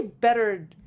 better